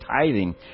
tithing